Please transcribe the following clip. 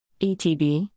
ETB